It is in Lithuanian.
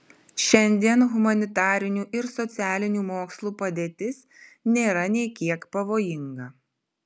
šiandien humanitarinių ir socialinių mokslų padėtis nėra nė kiek pavojinga